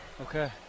Okay